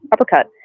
uppercut